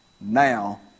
Now